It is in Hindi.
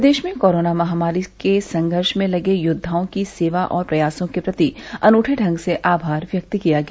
प्रदेश में कोरोना महामारी से संघर्ष में लगे योद्वाओं की सेवा और प्रयासों के प्रति अनुठे ढंग से आभार व्यक्त किया गया